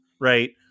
right